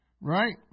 right